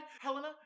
Helena